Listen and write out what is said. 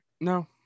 No